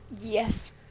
Yes